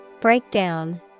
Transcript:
Breakdown